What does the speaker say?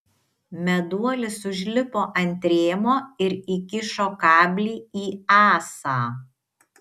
meduolis užlipo ant rėmo ir įkišo kablį į ąsą